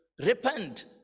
Repent